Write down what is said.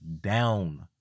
down